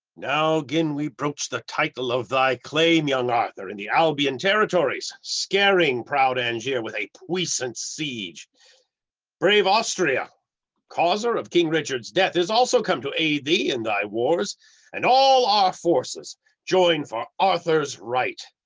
now gin we broach the title of thy claim, young arthur, in the albion territories, scaring proud angiers with a puissant siege brave austria causer of king richard's death, is also come to aid thee in thy wars and all our forces join for arthur's right.